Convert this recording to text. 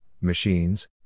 machines